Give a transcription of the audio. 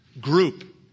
group